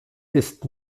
ist